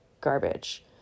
garbage